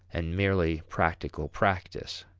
and merely practical practice.